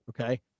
okay